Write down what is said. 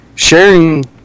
Sharing